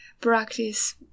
practice